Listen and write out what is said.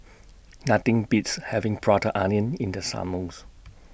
Nothing Beats having Prata Onion in The Summers